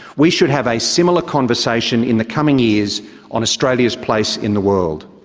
we should have a similar conversation in the coming years on australia's place in the world.